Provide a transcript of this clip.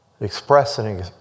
expressing